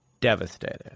devastated